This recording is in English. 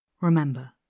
Remember